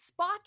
Spock